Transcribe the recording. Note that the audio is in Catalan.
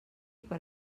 per